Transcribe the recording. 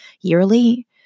yearly